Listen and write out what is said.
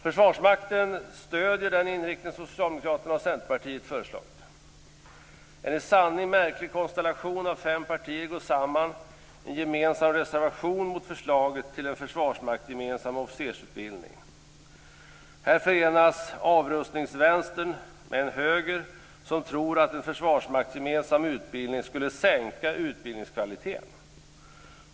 Försvarsmakten stöder den inriktning som Socialdemokraterna och Centerpartiet har föreslagit. En i sanning märklig konstellation av fem partier går samman i en gemensam reservation mot förslaget till en försvarsmaktsgemensam officersutbildning. Här förenas avrustningsvänstern med en höger som tror att en försvarsmaktsgemensam utbildning skulle sänka utbildningskvaliteten.